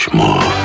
more